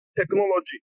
technology